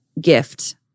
gift